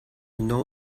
know